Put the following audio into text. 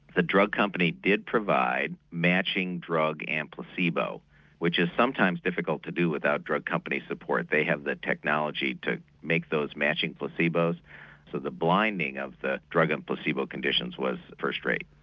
the drug company did provide matching drug and placebo which is sometimes difficult to do without drug company support, they have the technology to make those matching placebos so the blinding of the drug and placebo conditions was first rate.